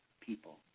people